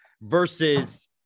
Versus